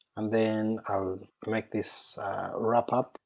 and then i'll make this wrap up.